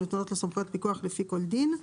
שלהם נותרות סמכויות פיקוח לפי כל דין,